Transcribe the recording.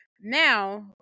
Now